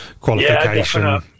qualification